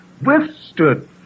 withstood